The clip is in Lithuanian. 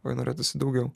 o jų norėtųsi daugiau